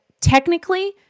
technically